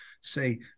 say